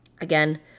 again